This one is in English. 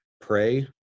pray